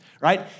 right